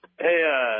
Hey